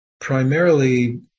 primarily